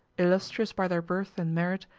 illustrious by their birth and merit,